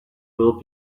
will